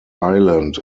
island